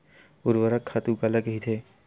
ऊर्वरक खातु काला कहिथे?